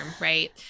right